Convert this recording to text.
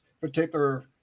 particular